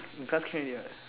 in class can already what